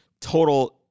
total